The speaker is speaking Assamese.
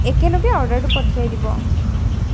একেলগে অৰ্ডাৰটো পঠিয়াই দিব